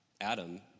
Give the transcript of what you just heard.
Adam